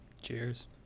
Cheers